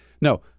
no